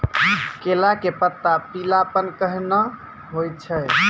केला के पत्ता पीलापन कहना हो छै?